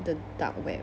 the dark web